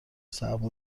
صعب